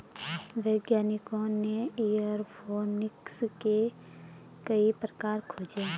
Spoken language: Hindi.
वैज्ञानिकों ने एयरोफोनिक्स के कई प्रकार खोजे हैं